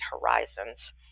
horizons